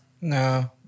No